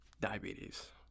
diabetes